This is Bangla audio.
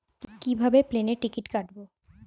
কিভাবে প্লেনের টিকিট কাটব?